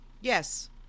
Yes